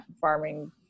farming